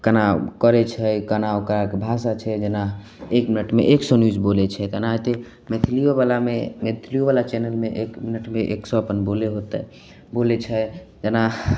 कोना करै छै कोना ओकरा आरके भाषा छै जेना एक मिनटमे एक सओ न्यूज बोलै छै कोना एतेक मैथिलिओवलामे मैथिलिओवला चैनलमे एक मिनटमे एक सओ अपन बोलै होतै बोलै छै जेना